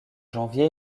janvier